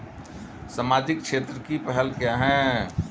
सामाजिक क्षेत्र की पहल क्या हैं?